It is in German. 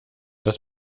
dass